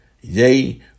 Yay